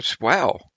wow